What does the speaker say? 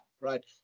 right